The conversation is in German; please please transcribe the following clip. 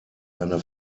eine